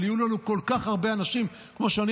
אבל יהיו לנו כל כך הרבה אנשים, כמו שאני